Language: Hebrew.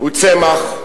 הוא צמח,